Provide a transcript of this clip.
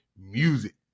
music